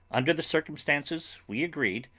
under the circumstances we agreed,